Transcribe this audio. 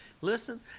Listen